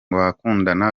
bakundana